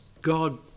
God